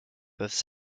peuvent